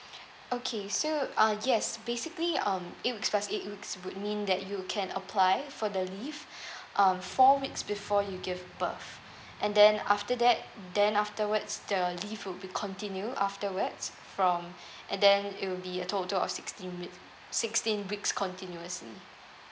okay so uh yes basically um eight weeks plus eight weeks would mean that you can apply for the leave um four weeks before you give birth and then after that then afterwards the leave will be continue afterwards from and then it will be a total of sixteen week sixteen weeks continuously